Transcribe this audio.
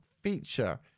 feature